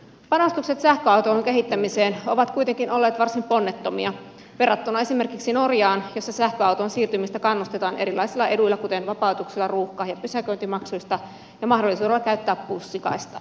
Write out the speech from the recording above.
panostukset sähköautojen kehittämiseen ovat kuitenkin olleet varsin ponnettomia verrattuna esimerkiksi norjaan jossa sähköautoon siirtymistä kannustetaan erilaisilla eduilla kuten vapautuksilla ruuhka ja pysäköintimaksuista ja mahdollisuudella käyttää bussikaistaa